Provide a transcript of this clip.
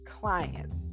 Clients